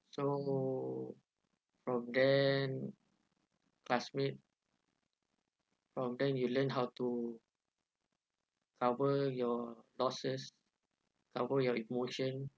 so from then classmate from then you learn how to cover your losses cover your emotion